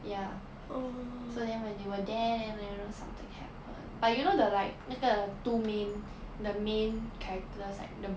ya so then when you were there and then you know something happen but you know the like 那个 two main the main characters like the